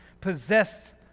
possessed